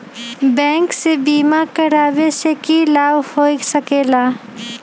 Bank से बिमा करावे से की लाभ होई सकेला?